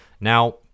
Now